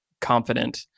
confident